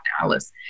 Dallas